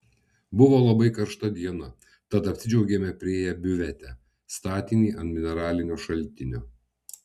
buvo labai karšta diena tad apsidžiaugėme priėję biuvetę statinį ant mineralinio šaltinio